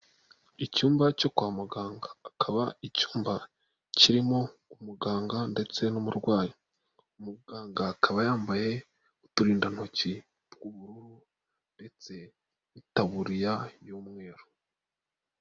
Icyumba cyo kwa muganga. Akaba ari icyumba kirimo umuganga ndetse n'umurwayi. Umuganga akaba yambaye uturindantoki tw'ubururu ndetse n'itaburiya y'umweru.